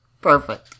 Perfect